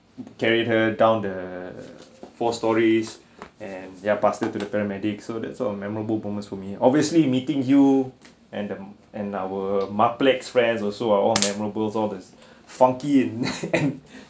carried her down the four stories and and ya pass it to the paramedics so the sort of memorable moments for me obviously meeting you and them and our mar~ friends also are all memorable all these funky in